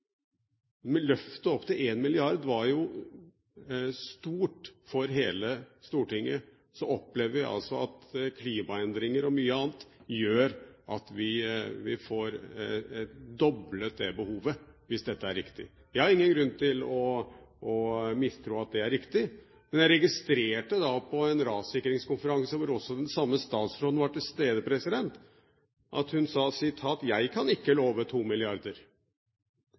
løftet opp til én milliard var jo stort for hele Stortinget, og så opplever vi altså at klimaendringer og mye annet gjør at det behovet blir doblet, hvis dette er riktig. Jeg har ingen grunn til å mistro at det er riktig, men jeg registrerte at den samme statsråden på en rassikringskonferanse hvor også hun var til stede, sa: Jeg kan ikke love to milliarder.